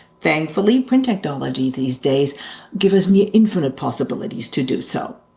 thankfully print technology these days gives us near infinite possibilities to do so.